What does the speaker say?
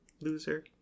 loser